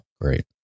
great